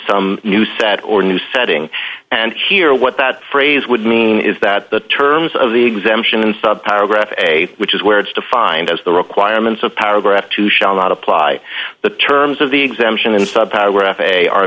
some new set or new setting and here what that phrase would mean is that the terms of the exemption in sub paragraph a which is where it's defined as the requirements of paragraph two shall not apply the terms of the exemption